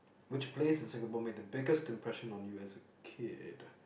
which place in Singapore make the biggest impression on you as a kid